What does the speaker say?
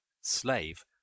Slave